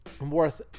worth